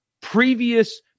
previous